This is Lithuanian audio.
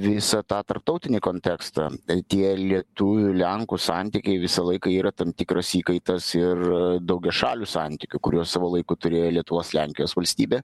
visą tą tarptautinį kontekstą tie lietuvių lenkų santykiai visą laiką yra tam tikras įkaitas ir daugiašalių santykių kuriuos savo laiku turėjo lietuvos lenkijos valstybė